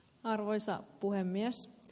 arvoisa puhemies